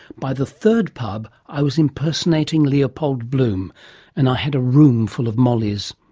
by the third pub i was impersonating leopold bloom and i had a room full of mollies.